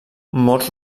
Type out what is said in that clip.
molts